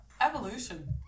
evolution